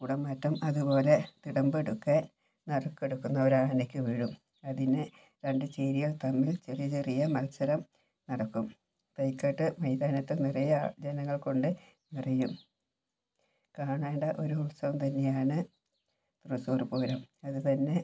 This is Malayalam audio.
കുടമാറ്റം അതുപോലെ തിടമ്പെടുക്കൽ നറുക്കെടുക്കുന്ന ഒരു ആനയ്ക്ക് വീഴും അതിന് രണ്ട് ചേരികൾ തമ്മിൽ ചെറിയ ചെറിയ മത്സരം നടക്കും തൈക്കാട്ട് മൈതാനത്ത് നിറയെ ജനങ്ങൾ കൊണ്ട് നിറയും കാണേണ്ട ഒരു ഉത്സവം തന്നെയാണ് തൃശ്ശൂർ പൂരം അത് തന്നെ